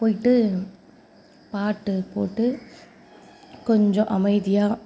போய்ட்டு பாட்டு போட்டு கொஞ்சம் அமைதியாக